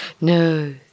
No